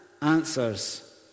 answers